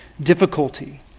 difficulty